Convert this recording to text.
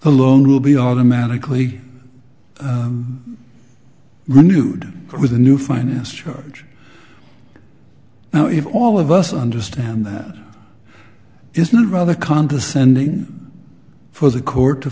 the loan will be automatically renewed with a new finance charge now if all of us understand that is not rather condescending for the court to